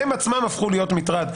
הם עצמם הפכו להיות מטרד,